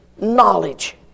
knowledge